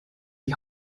die